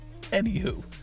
anywho